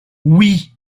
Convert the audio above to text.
oui